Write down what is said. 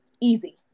easy